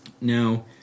Now